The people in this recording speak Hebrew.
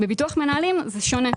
בביטוח מנהלים זה שונה.